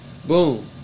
Boom